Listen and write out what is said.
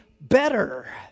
better